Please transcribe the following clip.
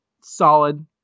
Solid